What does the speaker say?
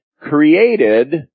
created